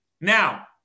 Now